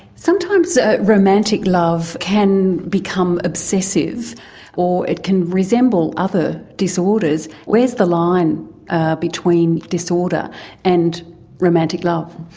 sometimes ah romantic love can become obsessive or it can resemble other disorders. where's the line between disorder and romantic love?